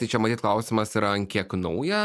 tai čia matyt klausimas yra ant kiek nauja